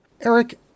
Eric